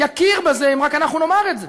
יכיר בזה רק אם אנחנו נאמר את זה.